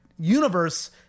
universe